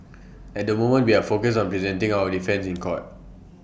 at the moment we are focused on presenting our defence in court